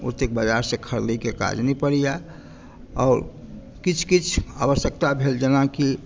ओतेक बजारसँ खरीदैक काज नहि पड़ैए आओर किछु किछु आवश्यकता भेल जेनाकि